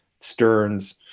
Stearns